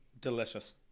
Delicious